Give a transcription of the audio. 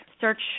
search